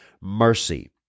mercy